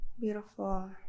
Beautiful